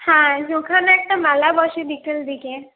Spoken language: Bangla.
হ্যাঁ ওখানে একটা মেলা বসে বিকেল দিকে